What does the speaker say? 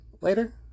later